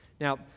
Now